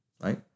right